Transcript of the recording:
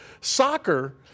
soccer